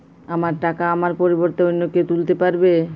আমার টাকা আমার পরিবর্তে অন্য কেউ তুলতে পারবে?